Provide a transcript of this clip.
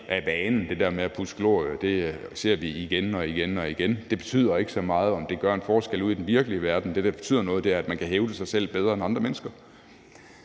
det der med at pudse glorie af vane – det ser vi igen og igen. Det betyder ikke så meget, om det gør en forskel ude i den virkelige verden; det, der betyder noget, er, at man kan hævde sig selv som bedre end andre mennesker.